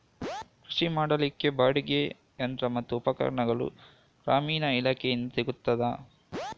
ಕೃಷಿ ಮಾಡಲಿಕ್ಕೆ ಬಾಡಿಗೆಗೆ ಯಂತ್ರ ಮತ್ತು ಉಪಕರಣಗಳು ಗ್ರಾಮೀಣ ಇಲಾಖೆಯಿಂದ ಸಿಗುತ್ತದಾ?